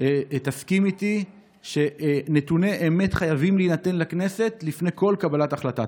תסכים איתי שנתוני אמת חייבים להינתן לכנסת לפני כל קבלת החלטה.